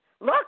Look